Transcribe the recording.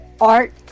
art